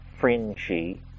fringy